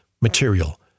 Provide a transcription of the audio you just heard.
material